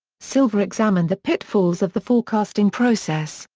silver examined the pitfalls of the forecasting process,